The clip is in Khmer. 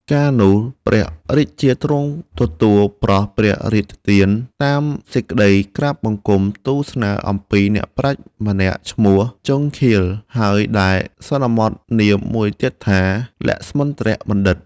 កាលនោះ ព្រះរាជាទ្រង់ទទួលប្រោសព្រះរាជទានតាមសេចក្តីក្រាបបង្គំទូលស្នើអំពីអ្នកប្រាជ្ញម្នាក់ឈ្មោះ ជង្ឃាល ហើយដែលសន្មតនាមមួយទៀតថា លក្ស្មិន្ទ្របណ្ឌិត ។